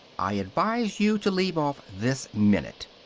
i advise you to leave off this minute!